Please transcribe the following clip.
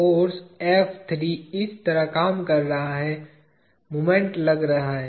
force इस तरह काम कर रहा है मोमेंट लग रहा है